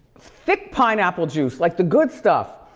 thick pineapple juice, like the good stuff.